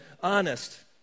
honest